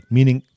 Meaning